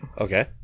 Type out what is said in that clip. Okay